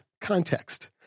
context